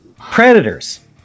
Predators